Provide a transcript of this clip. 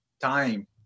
time